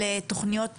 על תכניות